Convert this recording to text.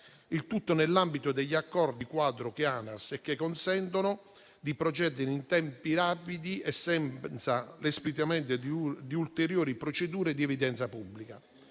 il tutto nell'ambito degli accordi quadro con ANAS, che consentono di procedere in tempi rapidi e senza l'espletamento di ulteriori procedure ad evidenza pubblica.